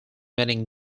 meaning